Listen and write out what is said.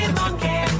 monkey